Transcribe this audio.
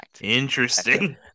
interesting